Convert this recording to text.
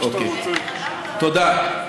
תודה.